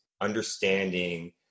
understanding